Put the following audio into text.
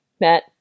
Matt